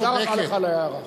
תודה רבה לך על ההערה.